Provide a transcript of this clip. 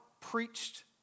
preached